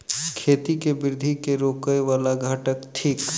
खेती केँ वृद्धि केँ रोकय वला घटक थिक?